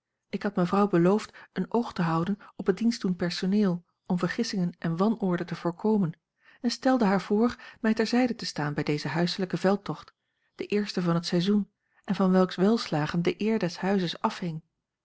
ik had mevrouw beloofd een oog te houden op het dienstdoend personeel om vergissingen en wanorde te voorkomen en stelde haar voor mij ter zijde te staan bij dezen huislijken veldtocht den eersten van het seizoen en van welks welslagen de eere des huizes afhing